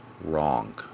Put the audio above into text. wrong